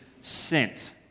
sent